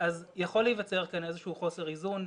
יכול להיווצר כאן איזשהו חוסר איזון,